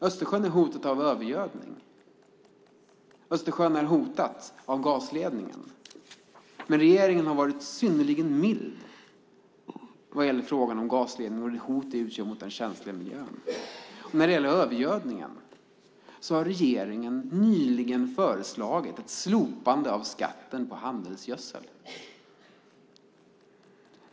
Östersjön är hotad av övergödning och av gasledningen. Regeringen har dock varit synnerligen mild vad gäller frågan om gasledningen och det hot den utgör mot den känsliga miljön, och när det gäller övergödningen har regeringen nyligen föreslagit ett slopande av skatten på handelsgödsel.